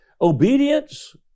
obedience